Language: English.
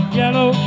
yellow